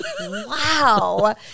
Wow